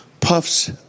puffs